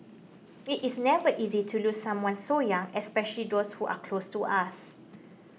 it is never easy to lose someone so young especially those who are close to us